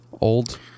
old